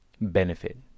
benefit